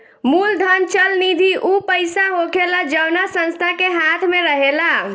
मूलधन चल निधि ऊ पईसा होखेला जवना संस्था के हाथ मे रहेला